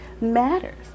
matters